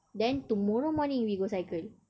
then tomorrow morning we go cycle